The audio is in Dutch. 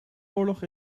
oorlog